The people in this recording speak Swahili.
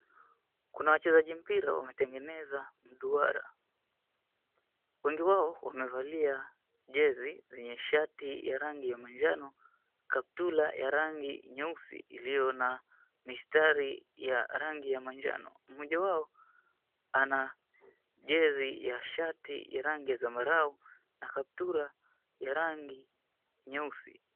Kuna wachezaji mpira wanatengeneza duara. Wengi wao wamevalia jezi zenye shati ya rangi ya manjano, kaptura ya rangi nyeusi iliyo na mistari ya rangi ya manjano. Mmoja wao ana jezi ya shati rangi ya zambarau na kaptura rangi nyeusi.